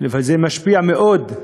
אבל זה משפיע מאוד,